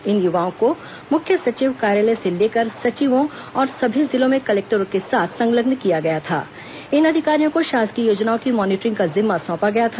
इन युवाओं को मुख्य सचिव कार्यालय से लेकर सचिवों और सभी जिलो में कलेक्टरों के साथ संलग्न किया गया था इन अधिकारियों को शासकीय योजनाओं की मानटिरिंग का जिम्मा सौंपा गया था